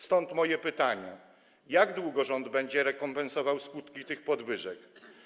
Stąd moje pytanie: Jak długo rząd będzie rekompensował skutki tych podwyżek?